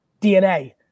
DNA